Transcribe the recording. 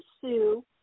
Sue